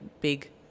big